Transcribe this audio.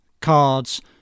cards